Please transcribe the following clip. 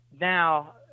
Now